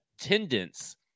attendance